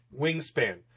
wingspan